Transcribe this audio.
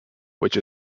which